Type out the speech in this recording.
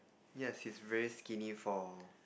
yes he's very skinny for